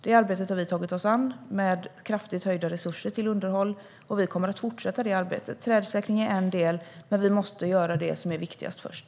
Detta arbete har vi tagit oss an med kraftigt ökade resurser till underhåll, och vi kommer att fortsätta det arbetet. Trädsäkring är en del, men vi måste göra det som är viktigast först.